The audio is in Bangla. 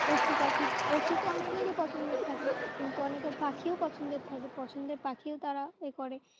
পশু পাখি পশু তো অনেকেরই পছন্দের থাকে কিন্তু অনেকের পাখিও পছন্দের থাকে পছন্দের পাখিও তারা এ করে